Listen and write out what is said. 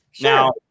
Now